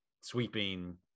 sweeping